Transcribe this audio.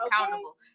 accountable